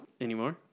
Anymore